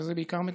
וזה בעיקר מתסכל.